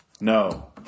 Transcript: No